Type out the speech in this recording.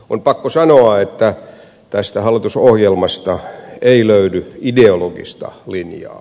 on pakko sanoa että tästä hallitusohjelmasta ei löydy ideologista linjaa